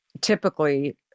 typically